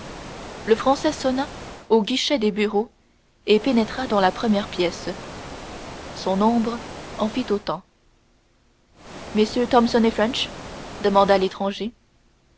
le français sonna au guichet des bureaux et pénétra dans la première pièce son ombre en fit autant mm thomson et french demanda l'étranger